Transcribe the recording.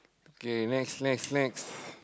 okay next next next